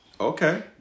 Okay